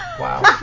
wow